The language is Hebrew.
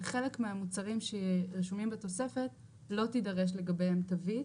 על חלק מהמוצרים שרשומים בה לא תידרש לגביהם תווית